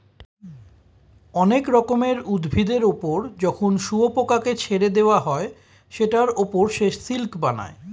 অনেক রকমের উভিদের ওপর যখন শুয়োপোকাকে ছেড়ে দেওয়া হয় সেটার ওপর সে সিল্ক বানায়